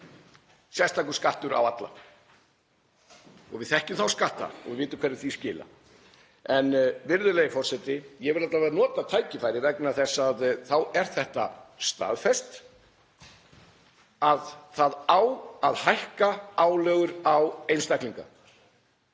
sérstakur skattur á alla. Við þekkjum þá skatta og við vitum hverju þeir skila. Virðulegi forseti. Ég vil alla vega nota tækifærið vegna þess að þá er þetta staðfest, það á að hækka álögur á einstaklinga